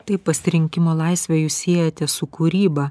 tai pasirinkimo laisvę jūs siejate su kūryba